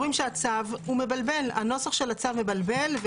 נוסח הצו מבלבל,